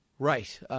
Right